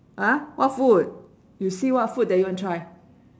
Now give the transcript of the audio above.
!huh! what food you see what food that you want try